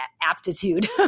aptitude